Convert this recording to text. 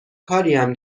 کاریم